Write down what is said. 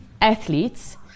athletes